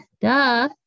Duh